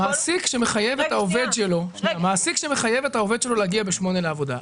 מעסיק שמחייב את העובד שלו להגיע ב-8 לעבודה,